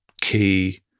key